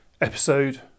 episode